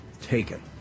taken